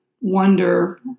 wonder